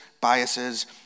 biases